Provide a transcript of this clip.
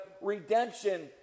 redemption